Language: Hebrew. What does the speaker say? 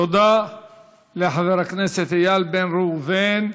תודה לחבר הכנסת איל בן ראובן.